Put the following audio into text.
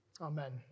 Amen